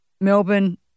Melbourne